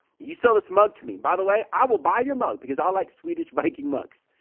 you sell this mug to me by the way i will buy your mug because i like swedish viking mugs.